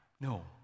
No